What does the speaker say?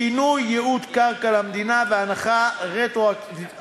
שינוי ייעוד קרקע למדינה והנחה רטרואקטיבית